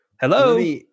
Hello